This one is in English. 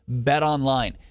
BetOnline